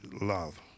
love